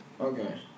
Okay